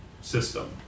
system